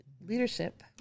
leadership